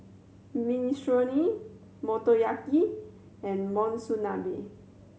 Minestrone Motoyaki and Monsunabe